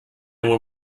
were